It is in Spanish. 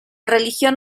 religión